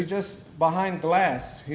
just behind glass.